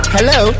Hello